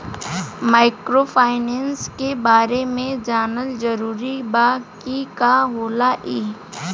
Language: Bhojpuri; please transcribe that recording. माइक्रोफाइनेस के बारे में जानल जरूरी बा की का होला ई?